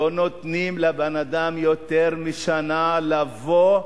לא נותנים לבן-אדם יותר משנה לבוא.